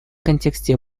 контексте